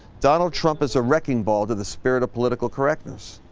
donald trump is a wrecking ball to the spirit of political correctness.